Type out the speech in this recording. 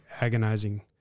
agonizing